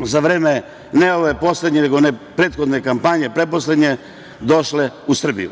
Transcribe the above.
za vreme ne ove poslednje, nego prethodne kampanje, pretposlednje, došle u Srbiju